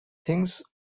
things